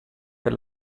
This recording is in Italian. per